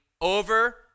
over